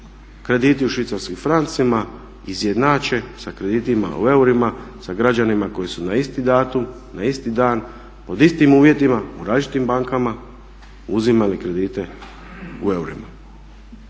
krediti u švicarskim francima izjednače sa kreditima u eurima, sa građanima koji su na isti datum, na isti dan pod istim uvjetima u različitim bankama uzimali kredite u eurima.